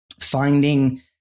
finding